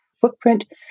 footprint